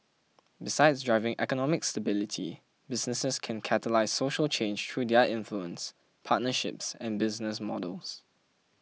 besides driving economic stability businesses can catalyse social change through their influence partnerships and business models